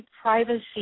privacy